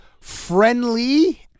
friendly